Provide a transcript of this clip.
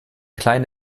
kleine